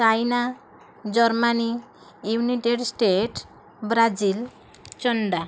China Germany United State Brazil Chanda